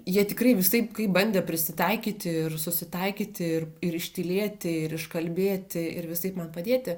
jie tikrai visaip kaip bandė prisitaikyti ir susitaikyti ir ir ištylėti ir iškalbėti ir visaip man padėti